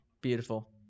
Beautiful